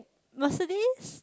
Mercedes